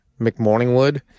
McMorningwood